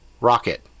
rocket